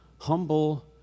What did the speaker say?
humble